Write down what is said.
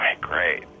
great